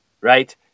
Right